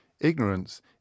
ignorance